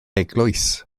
eglwys